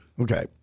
Okay